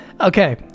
okay